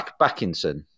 Backinson